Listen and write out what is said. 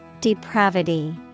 Depravity